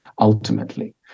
ultimately